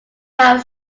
have